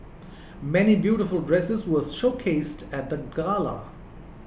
many beautiful dresses were showcased at the gala